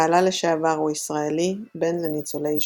בעלה לשעבר הוא ישראלי, בן לניצולי השואה.